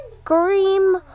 scream